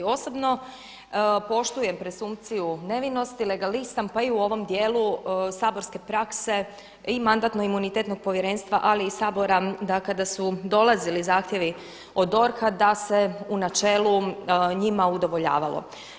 Osobno poštujem presumpciju nevinosti, legalist sam pa i u ovom dijelu saborske prakse i Mandatno-imunitetnog povjerenstva, ali i Sabora, da kada su dolazili zahtjevi od DORH-a da se u načelu njima udovoljavalo.